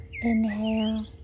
Inhale